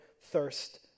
thirst